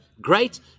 Great